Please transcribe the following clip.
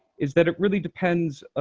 is that it really depends,